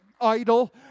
idol